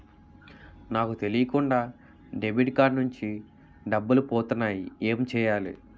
నాకు తెలియకుండా debit card నుంచి డబ్బులు పోతున్నాయి ఎం చెయ్యాలి?